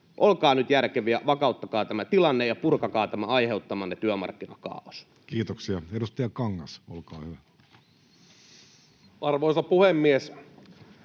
Olkaa nyt järkeviä, vakauttakaa tämä tilanne ja purkakaa tämä aiheuttamanne työmarkkinakaaos. Kiitoksia. — Edustaja Kangas, olkaa hyvä. Arvoisa puhemies!